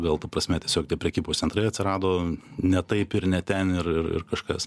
gal ta prasme tiesiog tie prekybos centrai atsirado ne taip ir ne ten ir ir ir kažkas